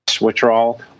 withdrawal